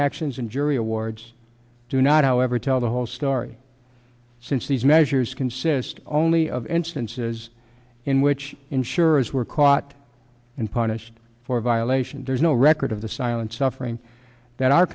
actions and jury awards do not however tell the whole story since these measures consist only of instances in which insurers were caught and punished for a violation there's no record of the silent suffering that